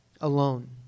alone